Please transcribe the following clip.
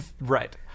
right